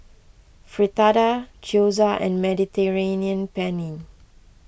Fritada Gyoza and Mediterranean Penne